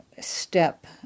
step